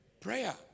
Prayer